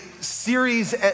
series